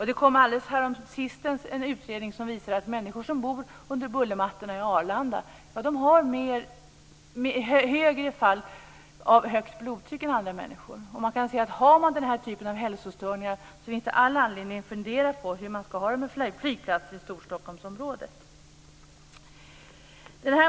Häromsistens kom en utredning som visar att människor som bor under bullermattorna i Arlanda har högt blodtryck i högre grad än andra. Med tanke på den typen av hälsostörningar finns det all anledning att fundera på hur man ska ha det med flygplatser i Storstockholmsområdet.